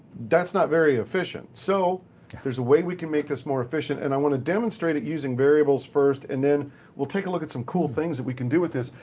that's not very efficient. so there's a way we can make this more efficient, and i want to demonstrate it using variables first, and then we'll take a look at some cool things we can do with this.